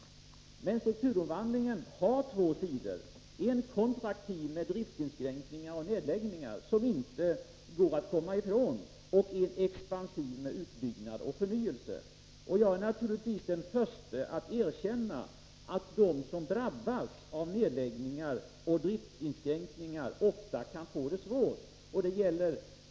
Men strukturomvandlingen har två sidor — en kontraktiv med driftinskränkningar och nedläggningar, som inte går att komma ifrån, och en expansiv med utbyggnad och förnyelse. Jag är naturligtvis den förste att erkänna att de som drabbas av nedläggningar och driftinskränkningar ofta kan få det svårt.